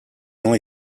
only